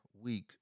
Week